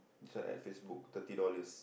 this one at Facebook thirty dollars